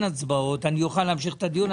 הצבעות אני אוכל להמשיך את הדיון.